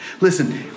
Listen